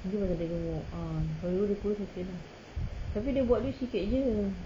itu kalau dia gemuk ah kalau dia kurus okay lah tapi dia buat tu sikit jer